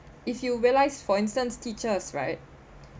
if you realize for instance teachers right